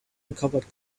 recovered